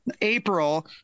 April